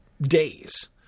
days